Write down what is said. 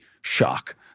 Shock